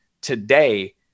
Today